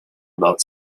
about